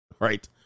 Right